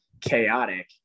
chaotic